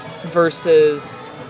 versus